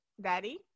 daddy